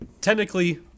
technically